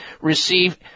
Receive